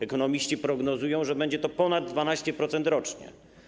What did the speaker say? Ekonomiści prognozują, że będzie to ponad 12% rocznie.